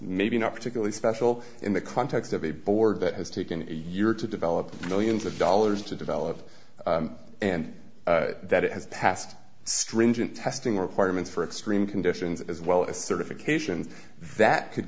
maybe not particularly special in the context of a board that has taken a year to develop millions of dollars to develop and that it has passed stringent testing requirements for extreme conditions as well as certifications that could